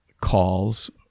calls